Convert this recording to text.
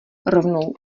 rovnou